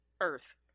Earth